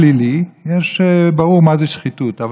במובן הפלילי ברור מה זה שחיתות,